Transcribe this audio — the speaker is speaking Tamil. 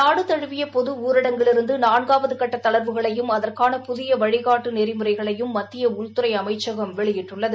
நாடுதழுவிய பொது ஊரடங்கிலிருந்து நான்காவது கட்ட தளர்வுகளையும் அதற்கான புதிய வழிகாட்டு நெறிமுறைகளையும் மத்திய உள்துறை அமைச்சகம் வெளியிட்டுள்ளது